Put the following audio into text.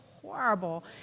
horrible